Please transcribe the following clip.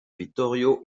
vittorio